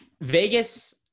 Vegas